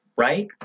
right